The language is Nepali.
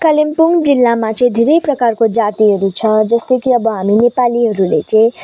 कालिम्पोङ जिल्लामा चाहिँ धेरै प्रकारको जातिहरू छ जस्तै कि अब हामी नेपालीहरूले चाहिँ